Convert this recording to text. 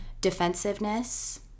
defensiveness